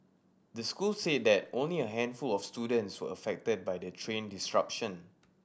the school said that only a handful of students were affected by the train disruption